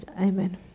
Amen